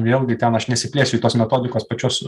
vėlgi ten aš nesiplėsiu į tos metodikos pačios